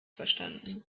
verstanden